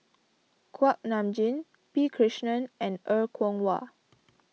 Kuak Nam Jin P Krishnan and Er Kwong Wah